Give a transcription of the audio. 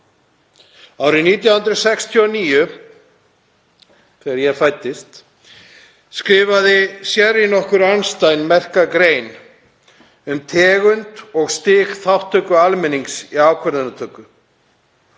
Árið 1969, þegar ég fæddist, skrifaði Sherry nokkur Arnstein merka grein um tegund og stig þátttöku almennings í ákvarðanatöku.